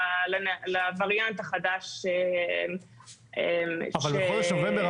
לווריאנט החדש --- אבל בחודש נובמבר,